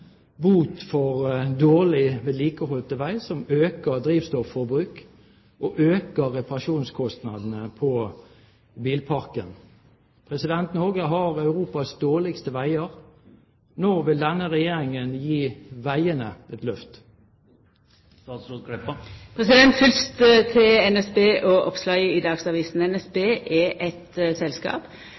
for dårlig vedlikeholdte veier, som øker drivstofforbruket og øker reparasjonskostnadene på bilparken? Norge har Europas dårligste veier. Når vil denne regjeringen gi veiene et løft? Fyrst til NSB og oppslaget i Dagsavisen. NSB er eit selskap